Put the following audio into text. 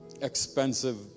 expensive